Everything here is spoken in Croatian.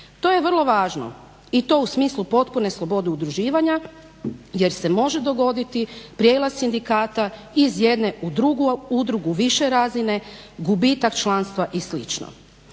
To je vrlo važno i to u smislu potpune slobode udruživanja, jer se može dogoditi prijelaz sindikata iz jedne u drugu udrugu više razine, gubitak članstva i